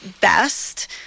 best